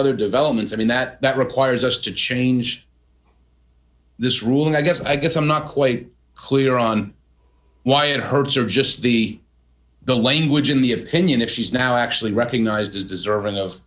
other developments i mean that requires us to change this ruling i guess i guess i'm not quite clear on why it hurts or just be the language in the opinion that she's now actually recognized as deserving of